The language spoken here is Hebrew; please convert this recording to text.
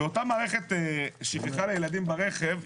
אותה מערכת שכחה לילדים ברכב,